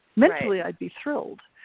mentally, i'd be thrilled,